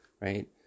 right